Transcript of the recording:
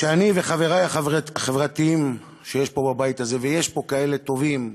שאני וחברי החברתיים פה בבית הזה ויש פה כאלה טובים,